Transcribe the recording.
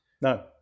No